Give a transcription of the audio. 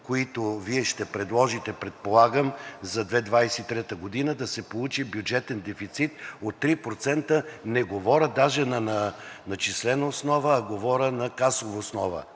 които Вие ще предложите, предполагам, за 2023 г., да се получи бюджетен дефицит от 3% – не говоря даже на числена основа, а говоря за касова основа.